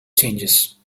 changes